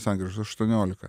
sankryžos aštuoniolika